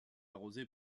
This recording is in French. arrosée